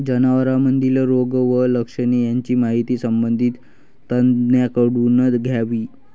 जनावरांमधील रोग व लक्षणे यांची माहिती संबंधित तज्ज्ञांकडून घ्यावी